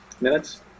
Minutes